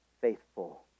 faithful